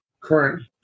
Current